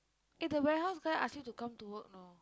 eh the warehouse guy ask you to come to work know